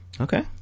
okay